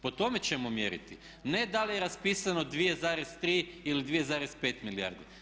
Po tome ćemo mjeriti, a ne da li je raspisano 2,3 ili 2,5 milijardi.